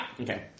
Okay